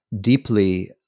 deeply